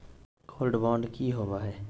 Gold bond की होबो है?